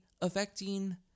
affecting